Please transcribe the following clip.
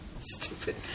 Stupid